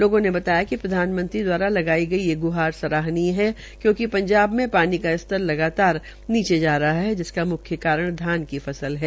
लोगों ने बताया कि प्रधानमंत्री द्वारा लगाई गई ये ग्हार सराहनीय है क्यूकि ंजाब में ानी का स्तर लगातार नीचे जा रहा है है जिसका म्ख्य कारण धान की फसल है